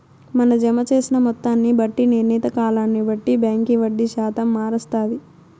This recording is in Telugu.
మన జమ జేసిన మొత్తాన్ని బట్టి, నిర్ణీత కాలాన్ని బట్టి బాంకీ వడ్డీ శాతం మారస్తాది